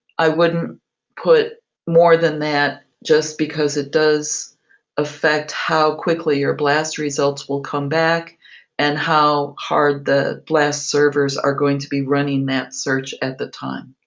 i wouldn't put more than that, just because it does affect how quickly your blast results will come back and how hard the blast servers are going to be running that search at the time.